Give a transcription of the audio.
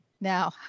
Now